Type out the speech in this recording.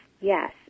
Yes